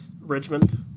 Richmond